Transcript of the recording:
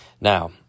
Now